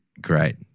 great